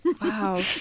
Wow